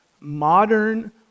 modern